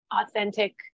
authentic